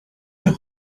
the